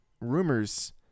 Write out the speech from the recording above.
rumors